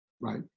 Right